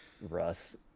Russ